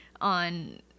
on